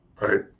Right